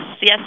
yes